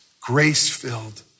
grace-filled